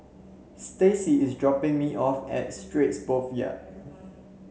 Staci is dropping me off at Straits Boulevard